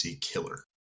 killer